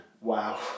wow